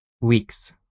weeks